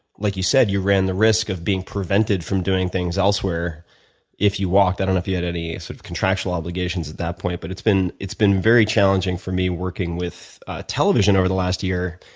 like you said, you ran the risk of being prevented from doing things elsewhere if you walked. i don't know if you had any sort of contractual obligations at that point. but it's it's been very challenging for me working with television over the last year,